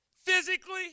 Physically